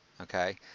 okay